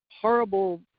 horrible